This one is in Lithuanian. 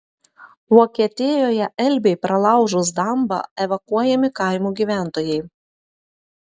vokietijoje elbei pralaužus dambą evakuojami kaimų gyventojai